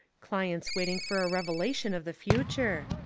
clients waiting for a revelation of the future.